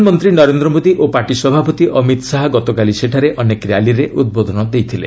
ପ୍ରଧାନମନ୍ତ୍ରୀ ନରେନ୍ଦ୍ର ମୋଦି ଓ ପାର୍ଟି ସଭାପତି ଅମିତ ଶାହା ଗତକାଲି ସେଠାରେ ଅନେକ ର୍ୟାଲିରେ ଉଦ୍ବୋଧନ ଦେଇଥିଲେ